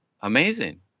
amazing